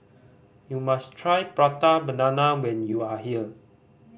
you must try Prata Banana when you are here